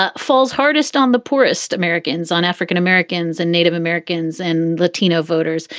ah falls hardest on the poorest americans, on african-americans and native americans and latino voters.